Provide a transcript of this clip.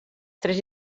tres